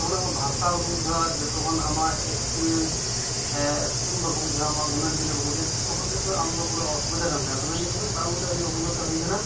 ᱡᱚᱠᱷᱚᱱ ᱟᱢᱟᱜ ᱵᱷᱟᱥᱟ ᱵᱟᱠᱚ ᱵᱩᱡᱷᱟᱹᱣᱟ ᱡᱚ ᱛᱚᱠᱷᱚᱱ ᱟᱢᱟᱜ ᱮᱠᱴᱤᱵᱽ ᱮᱠᱴᱤᱝ ᱵᱟᱠᱚ ᱵᱩᱡᱷᱟᱹᱣᱟ ᱟᱢᱟᱜ ᱜᱩᱱᱟᱹᱱ ᱪᱤᱱᱛᱟᱹ ᱵᱟᱠᱚ ᱵᱩᱡᱷᱟᱹᱣᱟ ᱛᱚᱠᱷᱚᱱ ᱠᱤᱱᱛᱩ ᱟᱢᱫᱚ ᱯᱩᱨᱟᱹ ᱚᱥᱩᱵᱤᱫᱷᱟ ᱨᱮᱜᱮᱢ ᱛᱟᱦᱮᱱᱟ ᱛᱚᱵᱮ ᱱᱤᱭᱟᱹᱠᱚᱧ ᱯᱟᱟᱨᱚᱢ ᱟᱹᱜᱩ ᱠᱮᱫᱟ ᱟᱹᱰᱤ ᱚᱵᱷᱤᱜᱚᱛᱟ ᱦᱩᱭᱠᱟᱱᱟ